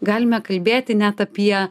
galime kalbėti net apie